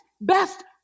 best